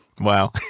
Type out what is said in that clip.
Wow